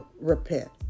repent